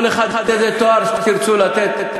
כל אחד, איזה תואר שתרצו לתת.